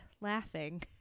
laughing